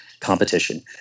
competition